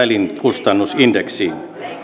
elinkustannusindeksiin